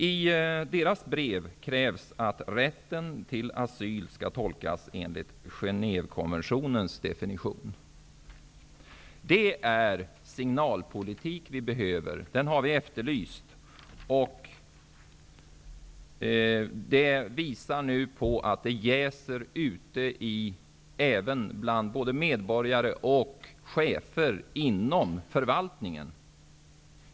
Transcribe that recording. I deras brev krävs att rätten till asyl skall tolkas enligt Genèvekonventionens definition. Det är signalpolitik vi behöver, och en sådan har vi efterlyst. Det inträffade visar nu att det jäser ute bland medarborgarna och även bland chefer inom förvaltningen.